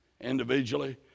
individually